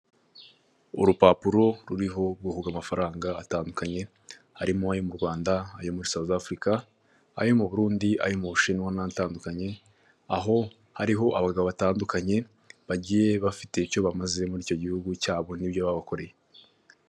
Urupapuro ruriho ubwoko bw'amafaranga atandukanye, arimo ayo mu Rwanda, ayo muri Sawuvu Afurika, ayo mu Burundi, ayo mu Bushinwa n'atandukanye aho hariho abagabo batandukanye bagiye bafite icyo bamaze muri icyo gihugu cyabo n'ibyo babakoreye.